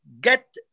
get